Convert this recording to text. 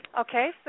Okay